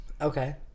Okay